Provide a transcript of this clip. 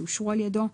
שאושרו על ידו,